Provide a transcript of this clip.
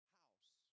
house